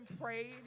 prayed